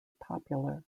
popular